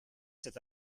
cet